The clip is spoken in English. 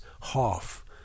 half